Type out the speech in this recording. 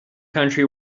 country